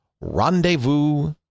Rendezvous